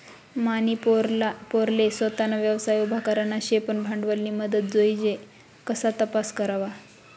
मनी पोरले सोताना व्यवसाय उभा करना शे पन भांडवलनी मदत जोइजे कशा तपास करवा?